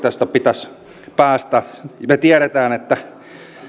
tästä pitäisi päästä me tiedämme että